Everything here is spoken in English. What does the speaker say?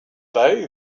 day